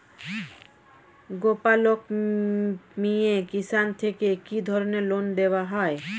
গোপালক মিয়ে কিষান থেকে কি ধরনের লোন দেওয়া হয়?